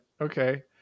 Okay